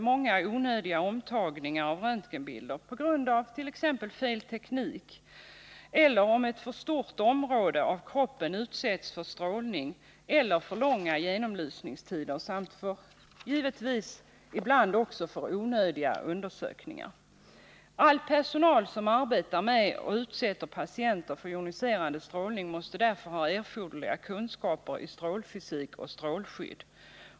många onödiga omtagningar av röntgenbilder på grund av felaktig teknik, om för stort område av kroppen utsätts för strålning eller om kroppen utsätts för långa genomlysningstider eller för onödiga undersökningar. All personal som arbetar med och utsätter patienter för joniserande strålning måste därför ha erforderliga kunskaper i strålfysik och strålskydd.